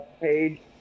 page